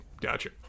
Gotcha